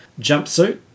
jumpsuit